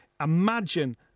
Imagine